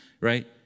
right